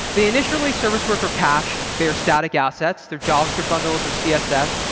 they initially service worker cached their static assets, their javascript bundles, or css,